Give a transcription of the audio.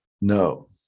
no